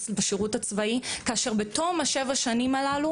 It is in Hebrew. והשירות הצבאי כאשר בתום שבע השנים הללו,